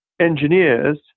engineers